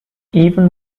even